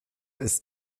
ist